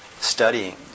studying